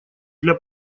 для